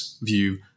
view